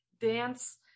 dance